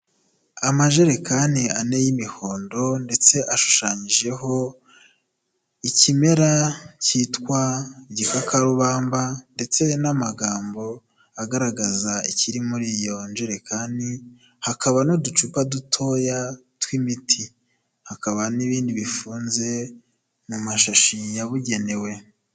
Amajerekani ane y'imihondo ndetse ashushanyijeho ikimera cyitwa igikakarubamba ndetse n'amagambo, agaragaza ikiri muri iyo njerekani, hakaba n'uducupa dutoya tw'imiti. Hakaba n'ibindi bifunze mu mashashi yabugenewe.